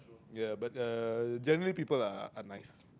ya but uh generally people are nice